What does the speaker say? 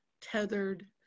tethered